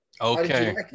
Okay